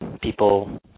people